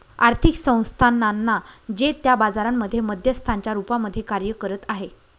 आर्थिक संस्थानांना जे त्या बाजारांमध्ये मध्यस्थांच्या रूपामध्ये कार्य करत आहे